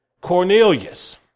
Cornelius